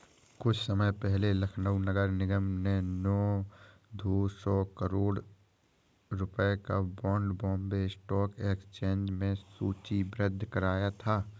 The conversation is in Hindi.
कुछ समय पहले लखनऊ नगर निगम ने दो सौ करोड़ रुपयों का बॉन्ड बॉम्बे स्टॉक एक्सचेंज में सूचीबद्ध कराया था